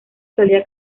solía